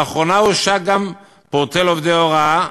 לאחרונה הושק גם פורטל עובדי הוראה,